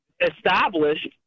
established